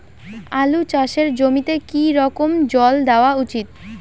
আলু চাষের জমিতে কি রকম জল দেওয়া উচিৎ?